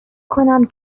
کنم